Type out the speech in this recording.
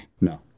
No